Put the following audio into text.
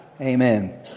Amen